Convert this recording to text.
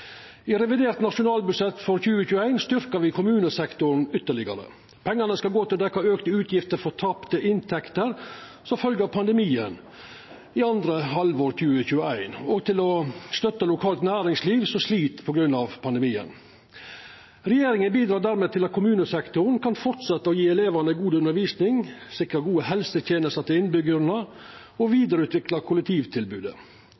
I revidert nasjonalbudsjett for 2021 styrkjer me kommunesektoren ytterlegare. Pengane skal gå til å dekkja auka utgifter for tapte inntekter som følgje av pandemien i andre halvår 2021 og til å støtta lokalt næringsliv som slit på grunn av pandemien. Regjeringa bidreg dermed til at kommunesektoren kan fortsetja å gje elevane god undervisning, sikra gode helsetenester til innbyggjarane, vidareutvikla kollektivtilbodet og